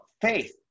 faith